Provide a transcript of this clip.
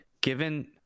given